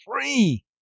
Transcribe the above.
free